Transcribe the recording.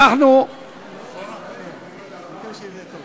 חוק דמי מחלה (היעדרות בשל מחלת ילד)